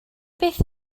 byth